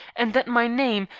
and that my name,